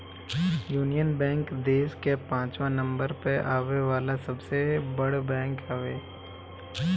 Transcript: union Bank देस कअ पाचवा नंबर पअ आवे वाला सबसे बड़ बैंक हवे